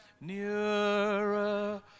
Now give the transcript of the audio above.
nearer